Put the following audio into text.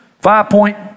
five-point